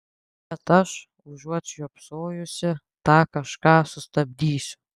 bet aš užuot žiopsojusi tą kažką sustabdysiu